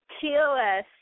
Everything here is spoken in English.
TOS